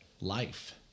life